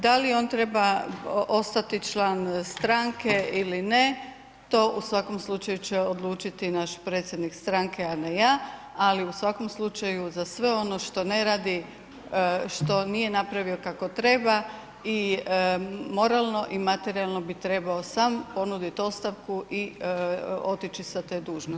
Da li on treba ostati član stranke ili ne to u svakom slučaju će odlučiti naš predsjednik stranke, a ne ja, ali u svakom slučaju za sve ono što ne radi, što nije napravio kako treba i moralno i materijalno bi trebao sam ponuditi ostavku i otići sa te dužnosti.